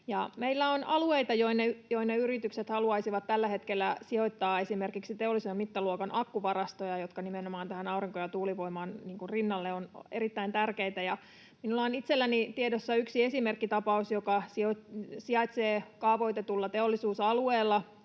Meillä on alueita, joille yritykset haluaisivat tällä hetkellä sijoittaa esimerkiksi teollisen mittaluokan akkuvarastoja, jotka nimenomaan aurinko- ja tuulivoiman rinnalle ovat erittäin tärkeitä. Minulla on itselläni tiedossa yksi esimerkkitapaus, joka sijaitsee kaavoitetulla teollisuusalueella,